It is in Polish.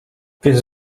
więc